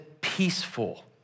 peaceful